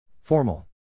Formal